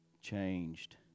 changed